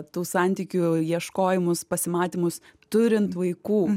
tų santykių ieškojimus pasimatymus turint vaikų